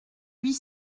huit